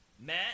Matt